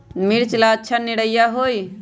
मिर्च ला अच्छा निरैया होई?